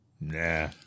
Nah